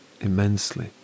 immensely